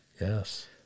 Yes